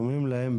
אומרים להם,